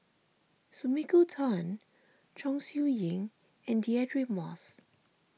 Sumiko Tan Chong Siew Ying and Deirdre Moss